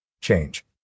change